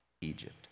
Egypt